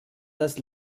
das